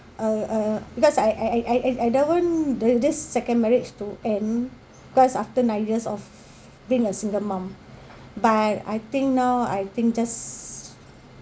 uh uh because I I I I I don't want the this second marriage to end because after nine years of being a single mum but I think now I think just